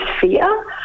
fear